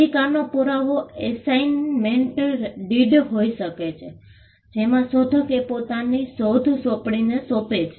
અધિકારનો પુરાવો assignment deed હોઈ શકે છે જેમાં શોધક એ પોતાની શોધ સોંપણીને સોંપે છે